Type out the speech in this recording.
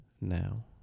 now